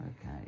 Okay